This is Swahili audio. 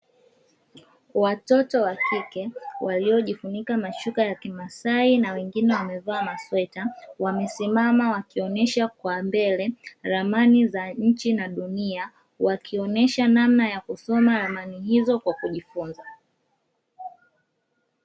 Watoto wa kike, waliojifunika mashuka ya kimasai na wengine wamevaa masweta, wamesimama wakionesha mbele ramani za nchi na dunia, wakionesha namna ya kusoma ramani hizo kwa kujifunza.